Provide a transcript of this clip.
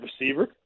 receiver